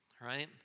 right